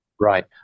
Right